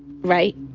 Right